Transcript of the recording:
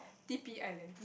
D P island